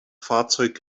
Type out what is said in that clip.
fahrzeug